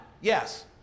yes